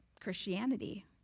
Christianity